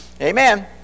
amen